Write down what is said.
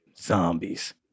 zombies